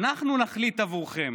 אנחנו נחליט עבורכם.